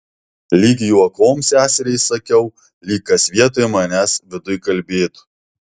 lyg juokom seseriai sakiau lyg kas vietoj manęs viduj kalbėtų